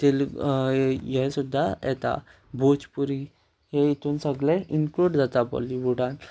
हें सुद्दां येता भोजपुरी हे इतून सगळें इन्क्लूड जाता बॉलीवूडांत